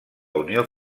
unió